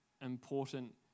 important